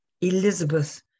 Elizabeth